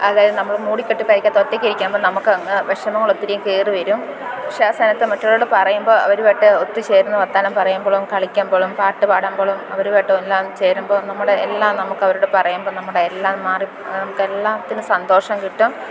അതായത് നമ്മൾ മൂടിക്കെട്ടി പുരക്കകത്ത് ഒറ്റയ്ക്കിരിക്കുമ്പോൾ നമുക്കങ്ങ് വിഷമങ്ങളൊത്തിരീം കയറി വരും പക്ഷേ ആ സ്ഥാനത്ത് മറ്റൊരാളോട് പറയുമ്പോൾ അവരുമായിട്ട് ഒത്ത് ചേർന്നു വർത്തമാനം പറയുമ്പോഴും കളിക്കുമ്പോഴും പാട്ട് പാടുമ്പോഴും അവരുമായിട്ട് എല്ലാം ചേരുമ്പോൾ നമ്മുടെ എല്ലാം നമുക്ക് അവരോട് പറയുമ്പോൾ നമ്മുടെ എല്ലാം മാറി നമുക്കെല്ലാത്തിനും സന്തോഷം കിട്ടും